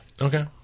Okay